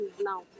now